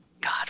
God